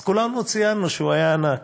אז כולנו ציינו שהוא היה ענק.